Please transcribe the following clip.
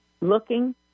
looking